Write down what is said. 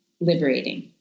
liberating